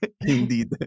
Indeed